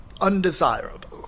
undesirable